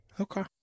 okay